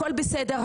הכל בסדר,